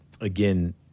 again